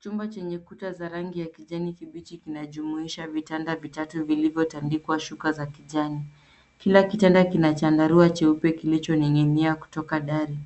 Chumba chenye kuta zenye rangi ya kijani kibichi kinajumuisha vitanda vitatu vilivyotandikwa shuka za kijani. Kila kitanda kina chandarua cheupe kilichongi'ngi'nia kutoka dari.